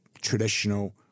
traditional